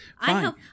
Fine